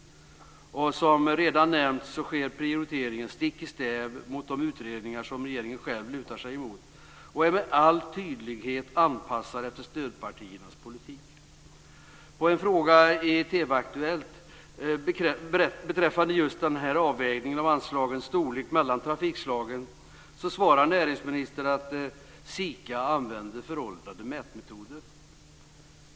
Som redan nämnts sker prioriteringen stick i stäv mot de utredningar som regeringen själv lutar sig emot och är med all tydlighet anpassad efter stödpartiernas politik. På en fråga i TV:s Aktuellt beträffande just den här avvägningen av anslagens storlek mellan trafikslagen svarar näringsministern att SIKA använder föråldrade mätmetoder.